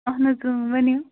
اَہَن حظ ؤنِو